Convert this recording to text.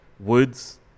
Woods